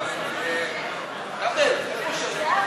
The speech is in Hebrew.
לחלופין ב' ד'